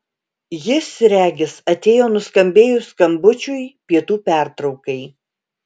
jis regis atėjo nuskambėjus skambučiui pietų pertraukai